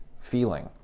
feeling